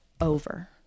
over